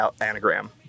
anagram